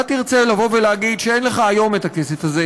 אתה תרצה להגיד שאין לך היום הכסף הזה